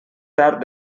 tard